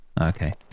Okay